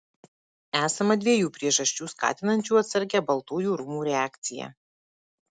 esama dviejų priežasčių skatinančių atsargią baltųjų rūmų reakciją